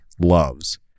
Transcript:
loves